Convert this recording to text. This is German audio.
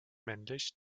männlich